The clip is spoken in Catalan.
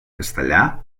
castellà